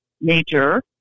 major